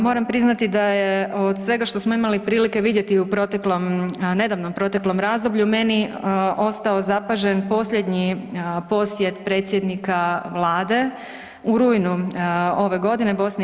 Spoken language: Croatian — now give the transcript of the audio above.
Moram priznati da je od svega što smo imali prilike vidjeti u proteklom, nedavnom proteklom razdoblju, meni ostao zapažen posljednji posjet predsjednika Vlade u rujnu ove godine, BiH-i.